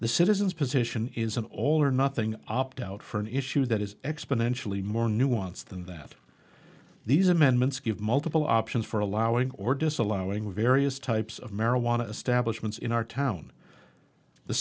the citizens position is an all or nothing opt out for an issue that is exponentially more nuanced than that these amendments give multiple options for allowing or disallowing various types of marijuana establishment in our town the